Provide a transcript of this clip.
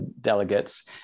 delegates